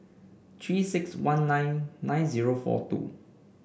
Three six one nine nine zero four two